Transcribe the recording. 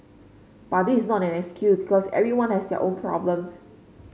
but this is not an excuse because everyone has their own problems